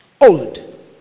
Old